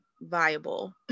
viable